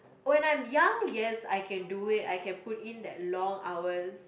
oh when I'm young yes I can do it I can put in that long hours